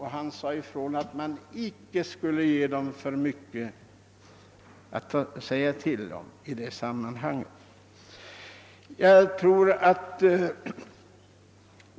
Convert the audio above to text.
Han sade ifrån att man icke skulle låta dem få för mycket att säga till om i detta sammanhang.